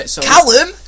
Callum